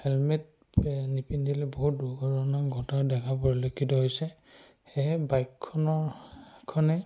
helmet নিপিন্ধিলে বহুত দূৰ্ঘটনা ঘটা দেখা পৰিলক্ষিত হৈছে সেয়েহে বাইকখনৰ খনে